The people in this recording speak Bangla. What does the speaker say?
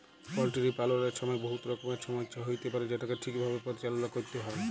পলটিরি পাললের ছময় বহুত রকমের ছমচ্যা হ্যইতে পারে যেটকে ঠিকভাবে পরিচাললা ক্যইরতে হ্যয়